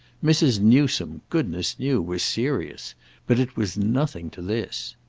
mrs. newsome, goodness knew, was serious but it was nothing to this.